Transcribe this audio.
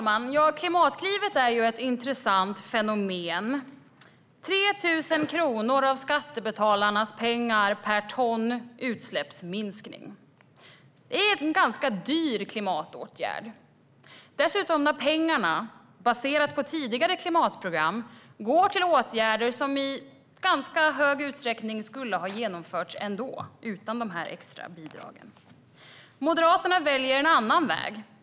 Herr talman! Klimatklivet är ett intressant fenomen. Det är 3 000 kronor av skattebetalarnas pengar per ton utsläppsminskning. Det är en ganska dyr klimatåtgärd. Dessutom går pengarna - det är baserat på tidigare klimatprogram - till åtgärder som i ganska stor utsträckning skulle ha genomförts ändå, utan de extra bidragen. Moderaterna väljer en annan väg.